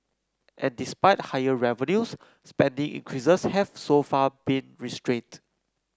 and despite higher revenues spending increases have so far been restrained